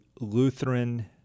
Lutheran